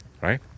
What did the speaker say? right